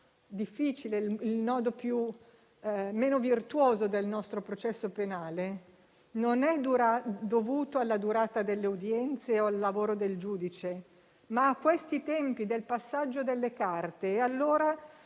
difficile e meno virtuoso del nostro processo penale, non è dovuta alla durata delle udienze o al lavoro del giudice, ma ai tempi del passaggio delle carte. Pertanto,